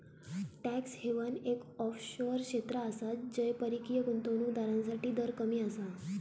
tax haven एक offshore क्षेत्र आसा जय परकीय गुंतवणूक दारांसाठी दर कमी आसा